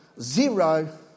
zero